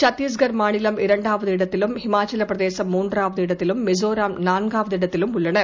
சந்திஷ்கர் மாநிலம் இரண்டாவது இடத்திலும் இமாச்சலபிரதேசம் மூன்றாவது இடத்திலும் மிசோராம் நான்காவது இடத்தில் உள்ளன